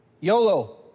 YOLO